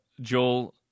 Joel